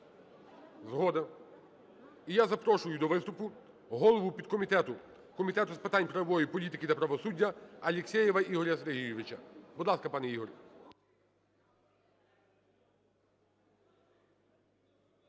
Згода. І я запрошую до виступу голову підкомітету Комітету з питань правової політики та правосуддя Алексєєва Ігоря Сергійовича. Будь ласка, пане Ігор.